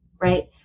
right